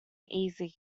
easy